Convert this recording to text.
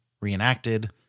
reenacted